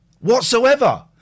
Whatsoever